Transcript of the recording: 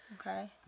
Okay